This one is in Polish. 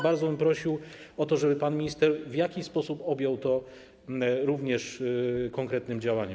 Bardzo bym prosił o to, żeby pan minister w jakiś sposób objął to również konkretnym działaniem.